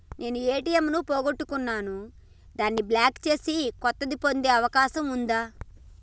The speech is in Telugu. నేను ఏ.టి.ఎం పోగొట్టుకున్నాను దాన్ని బ్లాక్ చేసి కొత్తది పొందే అవకాశం ఉందా?